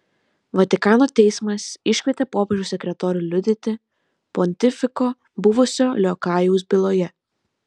vatikano teismas iškvietė popiežiaus sekretorių liudyti pontifiko buvusio liokajaus byloje